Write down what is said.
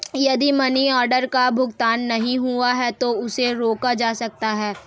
यदि money order का भुगतान नहीं हुआ है तो उसे रोका जा सकता है